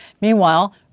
Meanwhile